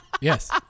yes